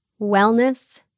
wellness